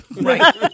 Right